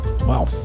Wow